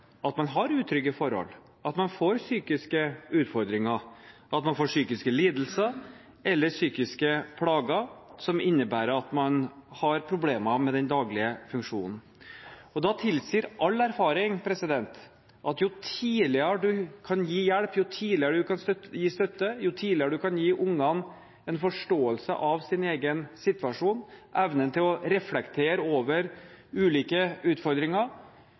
at de har utrygge forhold, at de får psykiske utfordringer, at de får psykiske lidelser eller psykiske plager som innebærer at de har problemer med den daglige funksjonen. Da tilsier all erfaring at jo tidligere man kan gi hjelp, jo tidligere man kan gi støtte, jo tidligere man kan gi ungene en forståelse av deres egen situasjon – evne til å reflektere over ulike utfordringer